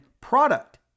product